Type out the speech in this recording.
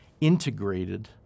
integrated